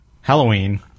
Halloween